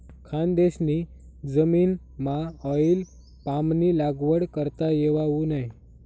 खानदेशनी जमीनमाऑईल पामनी लागवड करता येवावू नै